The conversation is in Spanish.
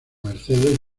mercedes